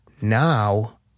now